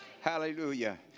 hallelujah